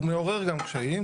הוא מעורר גם קשיים.